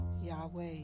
Yahweh